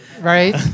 Right